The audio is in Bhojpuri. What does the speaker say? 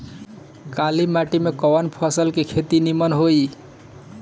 काली माटी में कवन फसल के खेती नीमन होई?